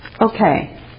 Okay